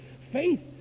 Faith